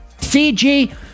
CG